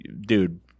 dude